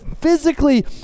physically